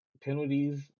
penalties